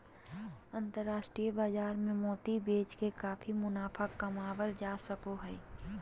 अन्तराष्ट्रिय बाजार मे मोती बेच के काफी मुनाफा कमावल जा सको हय